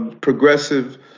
progressive